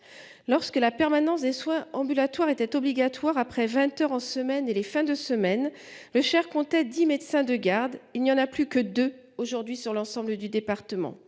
Lorsque la permanence des soins ambulatoires était obligatoire, après vingt heures en semaine et les fins de semaine, le Cher comptait dix médecins de garde ; il n'y en a plus que deux aujourd'hui dans l'ensemble du département.